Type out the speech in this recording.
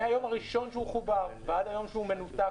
מהיום הראשון שהוא חובר ועד היום שהוא נותק,